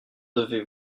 devez